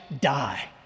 die